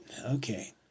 Okay